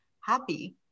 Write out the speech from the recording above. happy